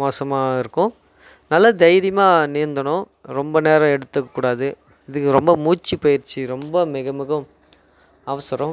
மோசமாக இருக்கும் நல்லா தைரியமாக நீந்தணும் ரொம்ப நேரம் எடுத்துக்கக்கூடாது இதுக்கு ரொம்ப மூச்சுப் பயிற்சி ரொம்ப மிக மிக அவசரம்